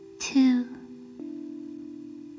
two